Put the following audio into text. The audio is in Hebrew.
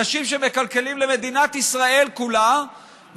אנשים שמקלקלים למדינת ישראל כולה,